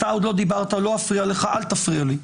אתה עוד לא דיברת, לא אפריע לך, אל תפריע לי.